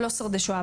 או לא שורדי שואה,